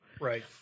Right